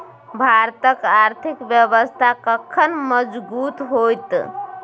भारतक आर्थिक व्यवस्था कखन मजगूत होइत?